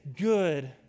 good